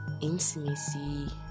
intimacy